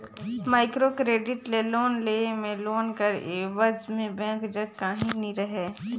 micro credit ले loan लेय में लोन कर एबज में बेंक जग काहीं नी रहें